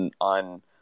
on